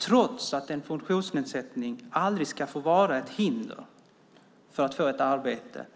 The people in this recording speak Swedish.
Trots att en funktionsnedsättning aldrig ska få vara ett hinder för att få ett arbete